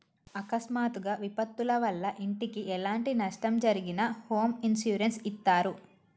అకస్మాత్తుగా విపత్తుల వల్ల ఇంటికి ఎలాంటి నష్టం జరిగినా హోమ్ ఇన్సూరెన్స్ ఇత్తారు